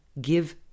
give